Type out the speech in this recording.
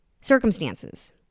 circumstances